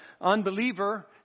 unbeliever